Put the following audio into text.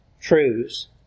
truths